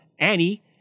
Annie